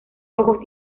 ojos